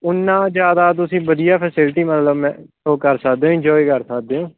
ਓਨਾ ਜ਼ਿਆਦਾ ਤੁਸੀਂ ਵਧੀਆ ਫੈਸਿਲਿਟੀ ਮਤਲਬ ਮ ਉਹ ਕਰ ਸਕਦੇ ਹੋ ਇੰਜੋਏ ਕਰ ਸਕਦੇ ਹੋ